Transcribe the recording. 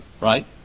right